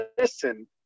listen